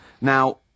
Now